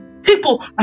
People